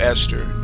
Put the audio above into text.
Esther